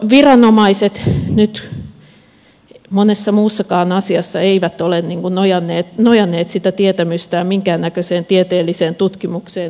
maahanmuuttoviranomaiset nyt monessa muussakaan asiassa eivät ole nojanneet sitä tietämystään minkäännäköiseen tieteelliseen tutkimukseen